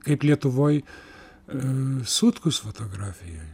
kaip lietuvoj a sutkus fotografijoj